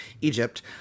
Egypt